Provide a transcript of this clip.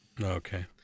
Okay